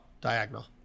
diagonal